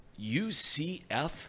UCF